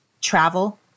Travel